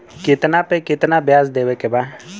कितना पे कितना व्याज देवे के बा?